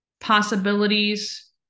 possibilities